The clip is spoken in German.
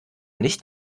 nicht